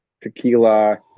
Tequila